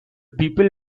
people